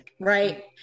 right